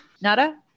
nada